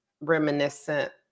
reminiscent